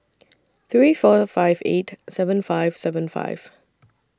three four five eight seven five seven five